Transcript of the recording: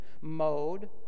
mode